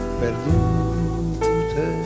perdute